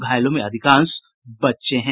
घायलों में अधिकांश बच्चे हैं